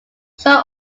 shaw